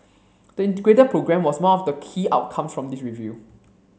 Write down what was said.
the Integrated Programme was one of the key outcomes from this review